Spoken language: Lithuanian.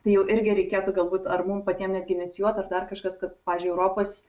tai jau irgi reikėtų galbūt ar mum patiem netgi inicijuot ar dar kažkas kad pavyzdžiui europos